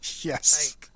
Yes